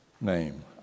name